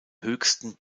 höchsten